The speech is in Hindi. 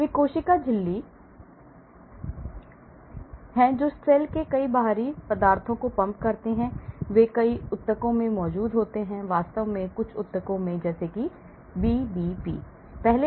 ये कोशिका झिल्ली हैं जो सेल से कई बाहरी पदार्थों को पंप करते हैं वे कई ऊतकों में मौजूद होते हैं वास्तव में कुछ ऊतकों में जैसे BBB